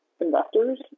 investors